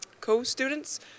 co-students